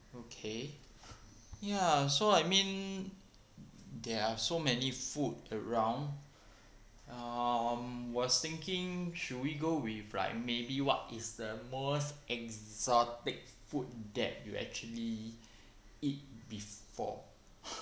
okay ya so I mean there are so many food around um was thinking should we go with like maybe what is the most exotic food that you actually eat before